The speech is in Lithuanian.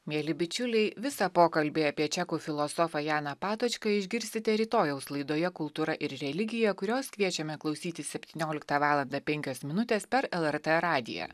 mieli bičiuliai visą pokalbį apie čekų filosofą janą patočką išgirsite rytojaus laidoje kultūra ir religija kurios kviečiame klausytis septynioliktą valandą penkios minutės per lrt radiją